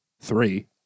three